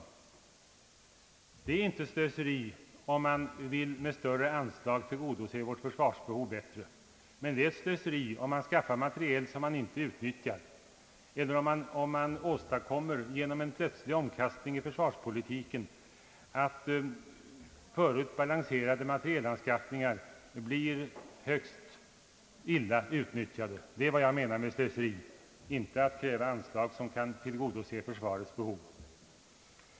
Det är inte slöseri om man med större anslag vill tillgodose vårt försvarsbehov på ett bättre sätt, men det är ett slöseri om man skaffar materiel som inte utnyttjas eller om man genom en plötslig omkastning i försvarspolitiken åstadkommer att förut balanserade materielanskaffningar blir i allra högsta grad illa utnyttjade. Det är vad jag menar med slöseri. Det är inte slöseri att kräva anslag för tillgodoseende av försvarets behov.